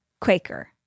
Quaker